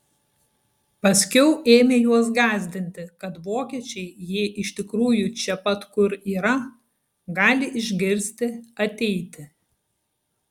paskiau ėmė juos gąsdinti kad vokiečiai jei iš tikrųjų čia pat kur yra gali išgirsti ateiti